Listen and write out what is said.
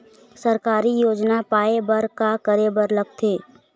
सरकारी योजना पाए बर का करे बर लागथे?